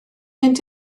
mynd